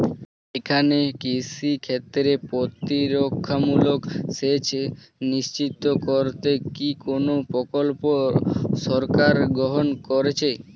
এখানে কৃষিক্ষেত্রে প্রতিরক্ষামূলক সেচ নিশ্চিত করতে কি কোনো প্রকল্প সরকার গ্রহন করেছে?